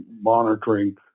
monitoring